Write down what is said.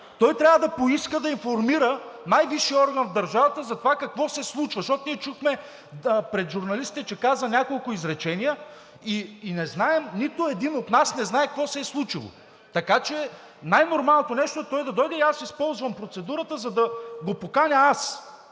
Той трябва да поиска да информира най-висшия орган в държавата за това какво се случва. Защото ние чухме пред журналистите, че каза няколко изречения, и не знаем – нито един от нас не знае, какво се е случило. Така че най нормалното нещо е той да дойде. И използвам процедурата, за да го поканя аз,